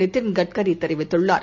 Nitin கட்கரிதெரிவித்துள்ளார்